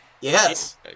Yes